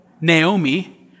Naomi